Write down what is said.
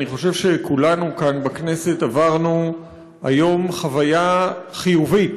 אני חושב שכולנו כאן בכנסת עברנו היום חוויה חיובית